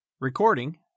Recording